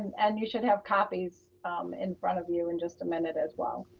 and you should have copies in front of you in just a minute as well.